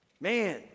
man